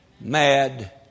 mad